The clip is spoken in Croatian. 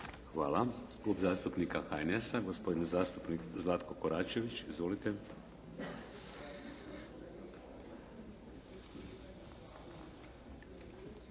Hvala. Klub zastupnika HNS-a, gospodin zastupnik Zlatko Koračević. Izvolite.